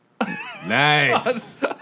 Nice